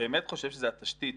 באמת חושב שזה התשתית,